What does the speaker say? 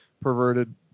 perverted